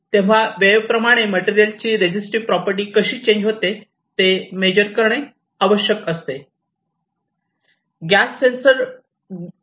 तेव्हा वेळेप्रमाणे मटेरियल ची रेझीटीव्ह प्रॉपर्टी कशी चेंज होते ते मेजर करणे असते